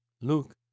Luke